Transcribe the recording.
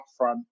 upfront